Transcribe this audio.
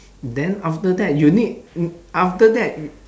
then after that you need after that y~